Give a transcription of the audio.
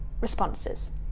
responses